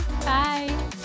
Bye